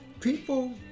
People